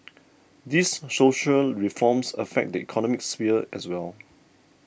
these social reforms affect the economic sphere as well